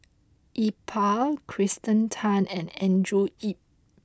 Iqbal Kirsten Tan and Andrew Yip